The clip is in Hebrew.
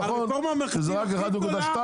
נכון שזה רק 1.2,